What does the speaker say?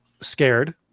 scared